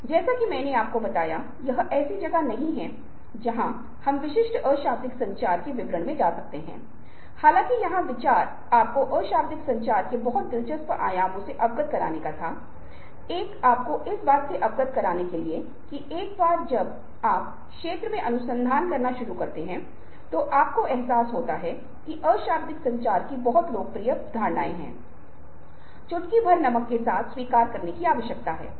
स्पष्ट रूप से मैं कहूंगा कि मुक्त चुनाव का माहौल है क्योंकि क्यों मुक्त विकल्प है क्योंकि यद्यपि अनुनय हो रहा है तो आप स्पष्ट रूप से इससे बाहर निकलने का विकल्प रखते हैं आपके पास इस बात का विकल्प है कि आप अनुनय न करें आप राजी हैं या नहीं यह आपकी पसंद है लेकिन जबरदस्ती वह जगह है जहां आपको कुछ चुनने के लिए मजबूर किया जाता है